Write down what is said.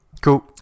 Cool